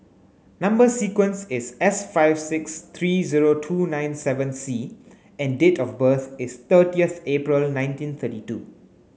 number sequence is S five six three zero two nine seven C and date of birth is thirtieth April nineteen thirty two